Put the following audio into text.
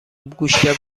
گوشت